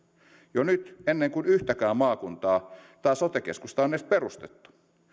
jo nyt ennen kuin yhtäkään maakuntaa tai sote keskusta on edes perustettu